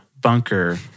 bunker